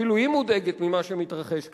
אפילו היא מודאגת ממה שמתרחש כאן.